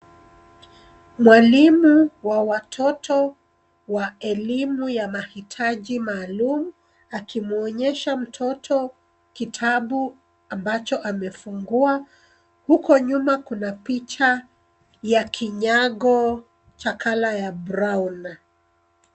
Mwalimu wa watoto wa elimu ya mahitaji maalum akimuonyesha mtoto kitabu ambacho amefungua. Huko nyuma kuna picha ya kinyago cha colour ya brown .